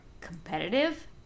competitive